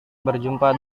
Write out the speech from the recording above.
berjumpa